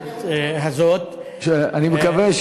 אני מקווה,